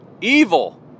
evil